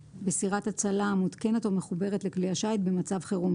הוספנו את התאריכים כאן לאור פרשנות של הסעיף של הנספח ולמען הבהירות.